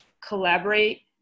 collaborate